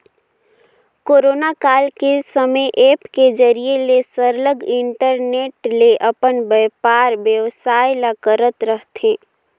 corona काल के समे ऐप के जरिए ले सरलग इंटरनेट ले अपन बयपार बेवसाय ल करत रहथें